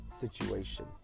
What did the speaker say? situation